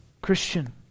Christian